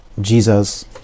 Jesus